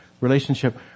relationship